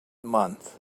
month